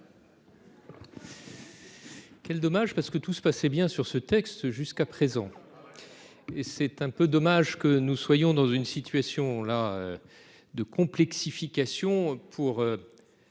Quel dommage parce que tout se passait bien, sur ce texte. Jusqu'à présent. Et c'est un peu dommage que nous soyons dans une situation là. De complexification pour.